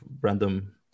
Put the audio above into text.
random